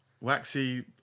Waxy